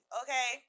okay